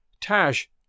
Tash